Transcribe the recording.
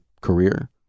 career